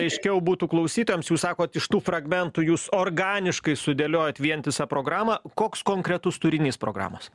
aiškiau būtų klausytojams jūs sakot iš tų fragmentų jūs organiškai sudėliojot vientisą programą koks konkretus turinys programos